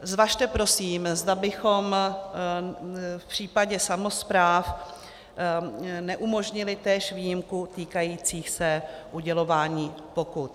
Zvažte prosím, zda bychom v případě samospráv neumožnili též výjimku týkající se udělování pokut.